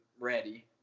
ready